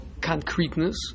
Concreteness